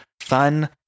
fun